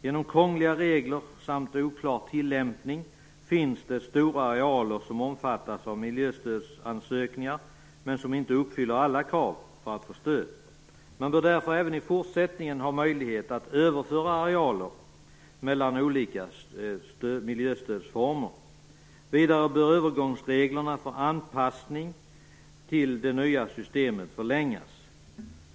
Genom krångliga regler samt oklar tillämpning finns det stora arealer som omfattas av miljöstödsansökningar men som inte uppfyller alla krav för att få stöd. Man bör därför även i fortsättningen ha möjlighet att överföra arealer mellan olika miljöstödsformer. Vidare bör övergångsreglerna för anpassning till det nya systemet förlängas.